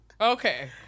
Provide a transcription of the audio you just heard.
okay